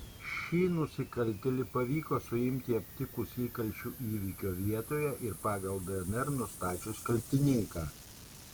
šį nusikaltėlį pavyko suimti aptikus įkalčių įvykio vietoje ir pagal dnr nustačius kaltininką